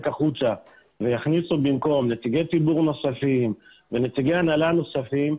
החוצה ויכניסו במקום נציגי ציבור נוספים ונציגי הנהלה נוספים,